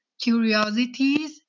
curiosities